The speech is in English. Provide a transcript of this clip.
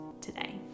today